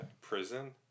prison